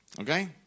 Okay